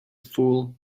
fool